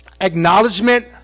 acknowledgement